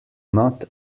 not